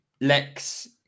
Lex